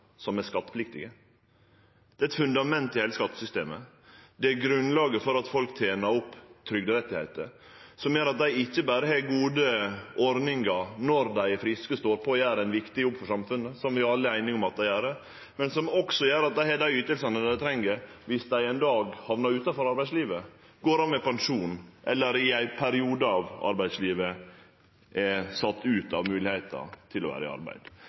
som er skattepliktige. Det er eit fundament i heile skattesystemet, det er grunnlaget for at folk tener opp trygderettar, som gjer at dei ikkje berre har gode ordningar når dei er friske og står på og gjer ein viktig jobb for samfunnet – som vi alle er einige om at dei gjer – men at dei har dei ytingane dei treng om dei ein dag hamnar utanfor arbeidslivet, går av med pensjon, eller i ein periode av arbeidslivet